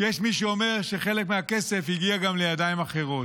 שיש מי שאומר שחלק מהכסף הגיע גם לידיים אחרות.